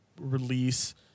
release